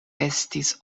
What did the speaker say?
estis